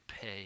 pay